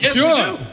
Sure